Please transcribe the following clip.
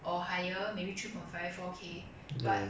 or higher maybe three point five four K but